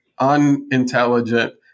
unintelligent